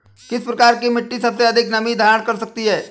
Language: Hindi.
किस प्रकार की मिट्टी सबसे अधिक नमी धारण कर सकती है?